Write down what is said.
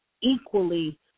equally